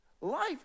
Life